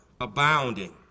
abounding